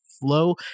flow